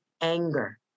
anger